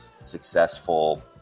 successful